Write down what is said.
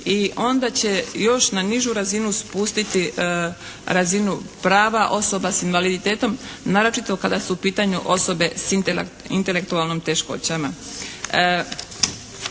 i onda će još na nižu razinu spustiti razinu prava osoba s invaliditetom naročito kada su u pitanju osobe s intelektualnim teškoćama.